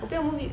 then only